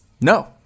No